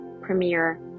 premiere